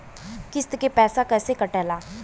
किस्त के पैसा कैसे कटेला?